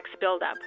buildup